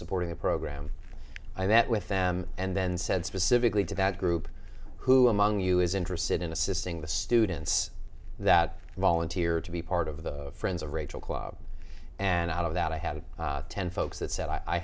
supporting the program i met with them and then said specifically to that group who among you is interested in assisting the students that volunteer to be part of the friends of rachel club and out of that i have ten folks that said i